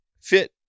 fit